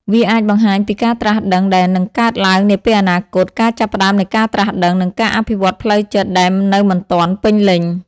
វាអាចបង្ហាញពីការត្រាស់ដឹងដែលនឹងកើតឡើងនាពេលអនាគត ការចាប់ផ្តើមនៃការត្រាស់ដឹង និងការអភិវឌ្ឍផ្លូវចិត្តដែលនៅមិនទាន់ពេញលេញ។